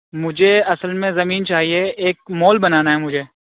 مجھے اصل میں زمین چاہیے ایک مال بنانا ہے مجھے